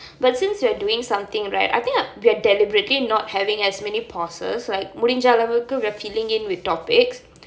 but since we are doing something right I think we are deliberately not having as many pauses like முடிஞ்ச அளவுக்கு:mudinja alavukku we are filling in with topics